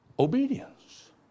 Obedience